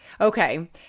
Okay